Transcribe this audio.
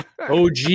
OG